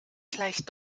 gleich